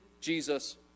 jesus